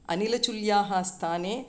अनिलचुल्याः स्थाने